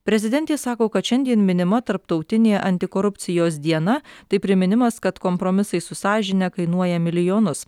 prezidentė sako kad šiandien minima tarptautinė antikorupcijos diena tai priminimas kad kompromisai su sąžine kainuoja milijonus